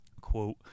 quote